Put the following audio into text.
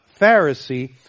Pharisee